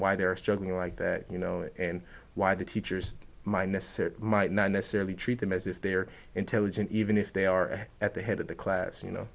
why they're struggling like that you know and why the teachers my message might not necessarily treat them as if they are intelligent even if they are at the head of the class you know